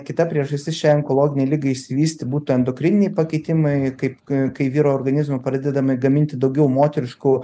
kita priežastis šiai onkologinei ligai išsivystyti būtų endokrininiai pakitimai kaip kai kai vyro organizme pradedama gaminti daugiau moteriškų